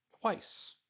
twice